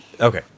Okay